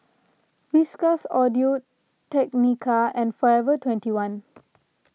Whiskas Audio Technica and forever twenty one